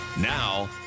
Now